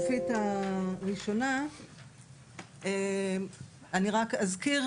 אני רק אזכיר,